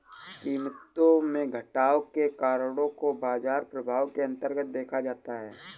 कीमतों में घटाव के कारणों को बाजार प्रभाव के अन्तर्गत देखा जाता है